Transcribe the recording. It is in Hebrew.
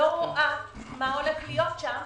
לא רואה מה הולך להיות שם,